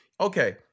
Okay